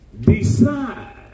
Decide